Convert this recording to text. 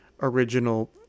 original